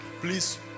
please